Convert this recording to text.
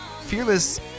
Fearless